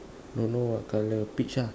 don't know what colour peach ah